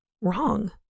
wrong